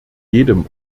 jedem